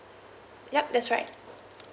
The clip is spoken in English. yup that's right